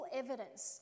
evidence